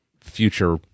future